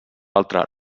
altre